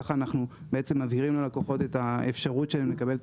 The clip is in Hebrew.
ככה אנחנו מבהירים ללקוחות את האפשרות שלהם לקבל את